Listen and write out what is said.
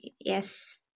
yes